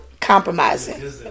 compromising